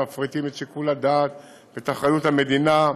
מפריטים את שיקול הדעת ואת אחריות המדינה,